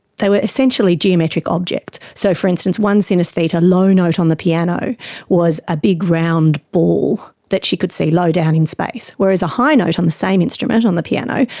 they were essentially geometric objects. so, for instance, one synaesthete a low note on the piano was a big round ball that she could see low down in space, whereas a high note on the same instrument, on the piano,